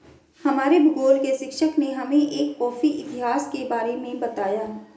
हमारे भूगोल के शिक्षक ने हमें एक कॉफी इतिहास के बारे में बताया